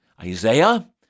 Isaiah